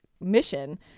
mission